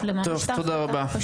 תודה רבה.